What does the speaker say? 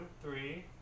three